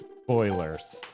spoilers